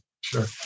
Sure